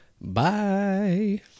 Bye